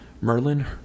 Merlin